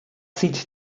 sieht